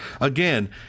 again